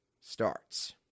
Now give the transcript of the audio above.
starts